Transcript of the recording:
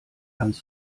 hans